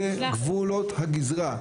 אלה גבולות הגזרה.